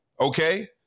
okay